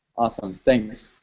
awesome, thanks.